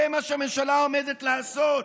זה מה שהממשלה עומדת לעשות,